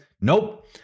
nope